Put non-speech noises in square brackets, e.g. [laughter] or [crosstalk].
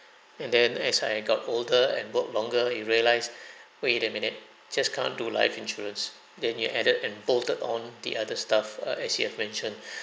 [breath] and then as I got older and work longer I realised [breath] wait a minute just can't do life insurance then you added and bolted on the other stuff uh as you have mentioned [breath]